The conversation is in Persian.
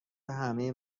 همه